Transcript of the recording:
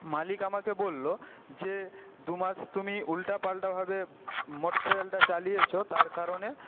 মালিক আমাকে বললো যে দু মাস তুমি উল্টা পাল্টাভাবে মটোর সাইকেলটা চালিয়েছো তার কারণে